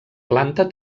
planta